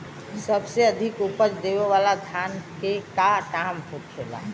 सबसे अधिक उपज देवे वाला धान के का नाम होखे ला?